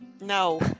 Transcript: No